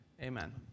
Amen